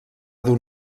dur